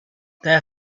their